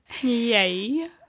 Yay